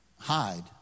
hide